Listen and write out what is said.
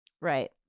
Right